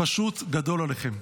פשוט גדול עליכם.